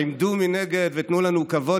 עמדו מנגד ותנו לנו כבוד,